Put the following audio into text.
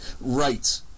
Right